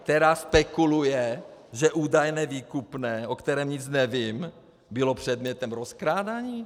Která spekuluje, že údajné výkupné, o kterém nic nevím, bylo předmětem rozkrádání!